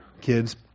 kids